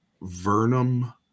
Vernum